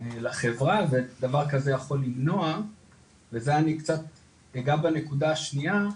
לחברה ודבר כזה יכול למנוע וזה אני קצת אגע בנקודה השנייה,